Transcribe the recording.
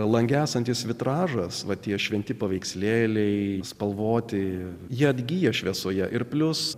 lange esantis vitražas va tie šventi paveikslėliai spalvoti jie atgyja šviesoje ir plius